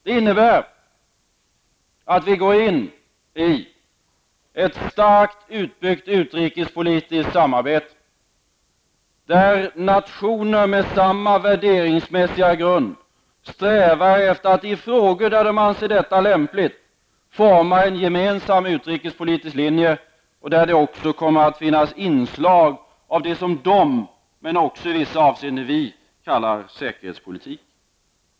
Det innebär att vi går in i ett starkt utbyggt utrikespolitiskt samarbete, där nationer med samma värderingsmässiga grund strävar efter att i frågor där de anser detta vara lämpligt, forma en gemensam utrikespolitisk linje och där det också kommer att finnas inslag av det som de, men också i vissa avseenden vi, kallar säkerhetspolitik.